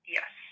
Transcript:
Yes